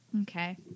Okay